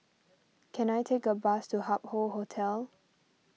can I take a bus to Hup Hoe Hotel